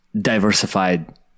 diversified